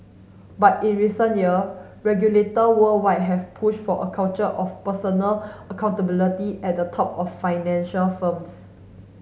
but in recent year regulator worldwide have pushed for a culture of personal accountability at the top of financial firms